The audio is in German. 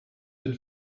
den